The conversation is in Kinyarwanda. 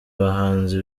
abahanzi